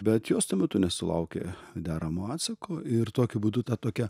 bet jos tuo metu nesulaukė deramo atsako ir tokiu būdu ta tokia